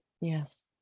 Yes